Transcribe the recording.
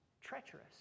treacherous